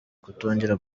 kutongera